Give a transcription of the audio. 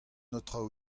aotrou